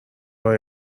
های